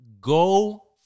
Go